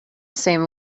same